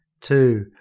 two